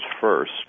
first